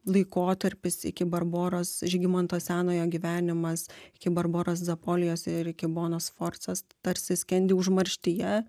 laikotarpis iki barboros žygimanto senojo gyvenimas iki barboros zapolijos ir iki bonos sforcos tarsi skendi užmarštyje